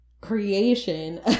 Creation